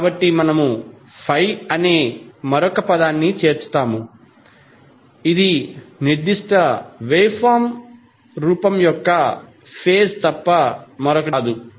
కాబట్టి మనము ∅ అనే మరొక పదాన్ని చేర్చుతాము ఇది నిర్దిష్ట వేవ్ ఫార్మ్ రూపం యొక్క ఫేజ్ తప్ప మరొకటి కాదు